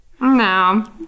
no